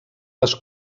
les